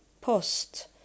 post